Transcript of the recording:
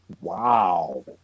Wow